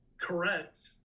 correct